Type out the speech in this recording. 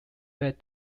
fed